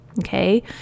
okay